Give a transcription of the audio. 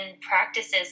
practices